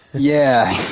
yeah,